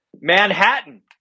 Manhattan